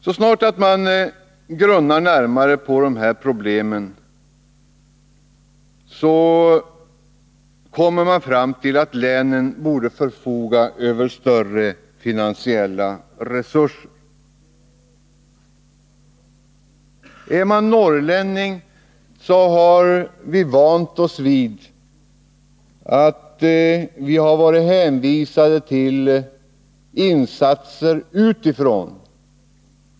Så snart man grundar närmare på dessa problem kommer man fram till att länen borde förfoga över större finansiella resurser. Är man norrlänning har man vant sig vid att för det mesta vara hänvisad till insatser utifrån.